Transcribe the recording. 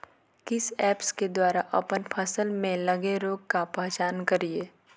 किस ऐप्स के द्वारा अप्पन फसल में लगे रोग का पहचान करिय?